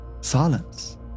Silence